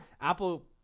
apple